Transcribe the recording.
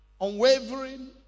Unwavering